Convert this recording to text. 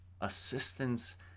assistance